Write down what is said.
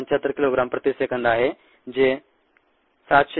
75 kilogram प्रति second आहे जे 761